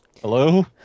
Hello